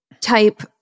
type